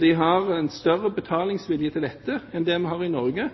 De har en større betalingsvilje når det gjelder dette, enn det vi har i Norge,